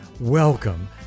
welcome